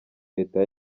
leta